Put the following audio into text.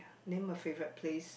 name a favorite place